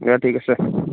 দিয়া ঠিক আছে